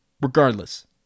Regardless